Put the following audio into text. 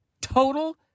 total